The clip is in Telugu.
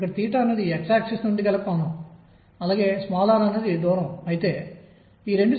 ఇక్కడ h క్రాస్ అనేది h 2